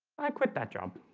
i quit that job